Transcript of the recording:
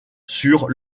sur